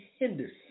Henderson